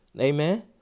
amen